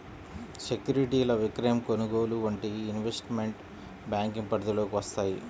సెక్యూరిటీల విక్రయం, కొనుగోలు వంటివి ఇన్వెస్ట్మెంట్ బ్యేంకింగ్ పరిధిలోకి వత్తయ్యి